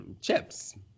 Chips